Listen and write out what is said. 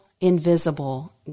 invisible